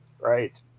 Right